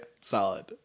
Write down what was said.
Solid